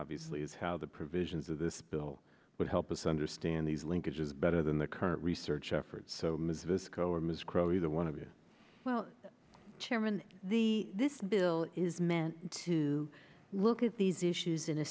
obviously is how the provisions of this bill would help us understand these linkages better than the current research efforts is this go or ms crow either one of you well chairman the this bill is meant to look at these issues in a